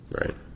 Right